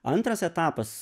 antras etapas